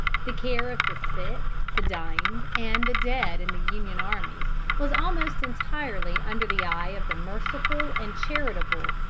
the care of the sick, the dying, and the dead in the union armies was almost entirely under the eye of the merciful and charitable,